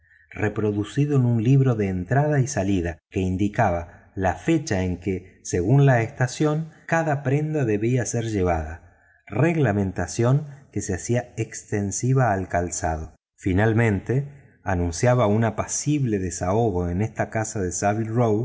reproducido en un libro de entrada y salida que indicaba la fecha en que según la estación cada prenda debía ser llevada reglamentación que se hacía extensiva al calzado finalmente anunciaba un apacible desahogo en esta casa de